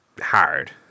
hard